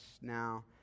now